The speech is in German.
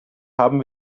haben